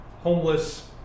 homeless